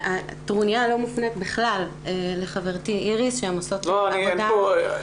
הטרוניה לא מופנית בכלל לחברתי איריס שעושה עבודה רבה.